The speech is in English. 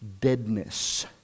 deadness